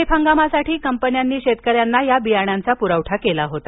खरीप हंगामासाठी कंपन्यांनी शेतकऱ्यांना या बियाणांचा प्रवठा केला होता